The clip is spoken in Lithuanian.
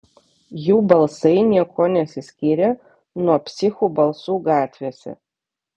jų balsai niekuo nesiskyrė nuo psichų balsų gatvėse